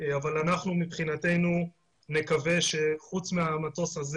אבל אנחנו מבחינתנו נקווה שחוץ מהמטוס הזה